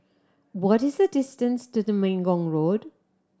what is the distance to the Temenggong Road